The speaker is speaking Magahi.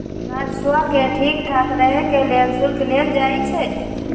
राजस्व के ठीक ठाक रहे के लेल शुल्क लेल जाई छई